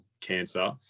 cancer